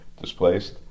displaced